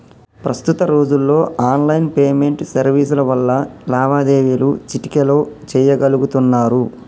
ప్రస్తుత రోజుల్లో online payment సర్వీసుల వల్ల లావాదేవీలు చిటికెలో చెయ్యగలుతున్నరు